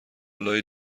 آلا